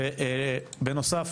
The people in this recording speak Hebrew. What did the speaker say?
ובנוסף,